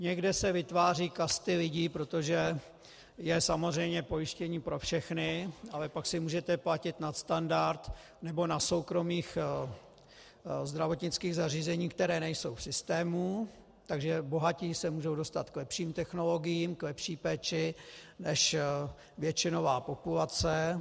Někde se vytvářejí kasty lidí, protože je samozřejmě pojištění pro všechny, ale pak si můžete platit nadstandard nebo na soukromých zdravotnických zařízeních, která nejsou v systému, takže bohatí se můžou dostat k lepším technologiím, k lepší péči než většinová populace.